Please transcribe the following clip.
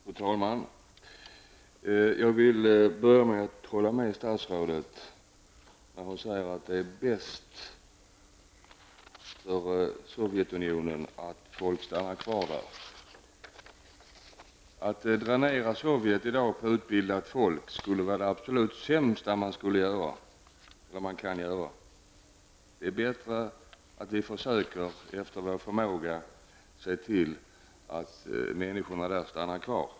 Fru talman! Jag vill börja med att hålla med statsrådet när hon säger att det är bäst för Sovjetunionen att folk stannar kvar där. Att i dag dränera Sovjetunionen på utbildat folk är det absolut sämsta man kan göra. Det är bättre att vi, efter vår förmåga, försöker se till att människorna där stannar kvar.